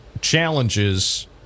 challenges